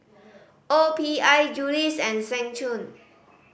O P I Julie's and Seng Choon